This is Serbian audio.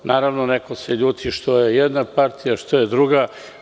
Naravno, neko se ljuti što je jedna partija, što je drugo.